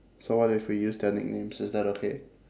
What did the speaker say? so what if we use their nicknames is that okay